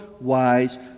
wise